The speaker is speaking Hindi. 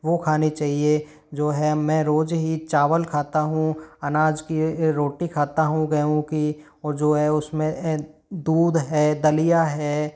वो खानी चाहिए जो है मैं रोज ही चावल खाता हूँ अनाज की रोटी खाता हूँ गेहूँ की जो है उसमें दूध है दलिया है